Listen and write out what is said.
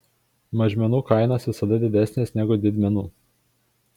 mažmenų kainos visada didesnės negu didmenų